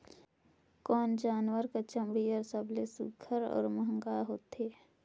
कोन जानवर कर चमड़ी हर सबले सुघ्घर और महंगा होथे?